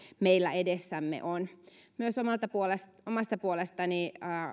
meillä edessämme on myös omasta puolestani